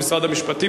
במשרד המשפטים,